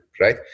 right